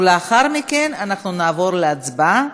ולאחר מכן אנחנו נעבור להצבעה,